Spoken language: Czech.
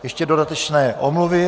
Ještě dodatečné omluvy.